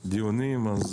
לדיונים,